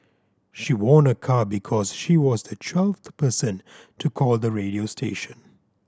she won a car because she was the twelfth person to call the radio station